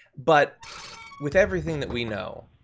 but with everything that we know,